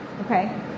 okay